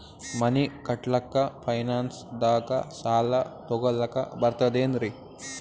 ಮನಿ ಕಟ್ಲಕ್ಕ ಫೈನಾನ್ಸ್ ದಾಗ ಸಾಲ ತೊಗೊಲಕ ಬರ್ತದೇನ್ರಿ?